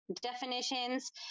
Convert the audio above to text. definitions